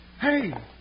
hey